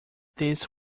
this